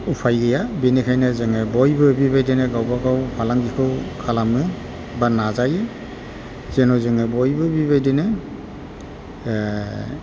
उफाय गैया बेनिखायनो जोङो बयबो बेबायदिनो गावबा गाव फालांगिखौ खालामो एबा नाजायो जेने जोङो बयबो बिबायदिनो